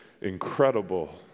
incredible